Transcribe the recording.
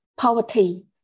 Poverty